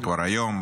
זה כבר היום,